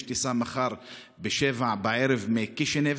יש טיסה מחר ב-19:00 בערב מקישינב,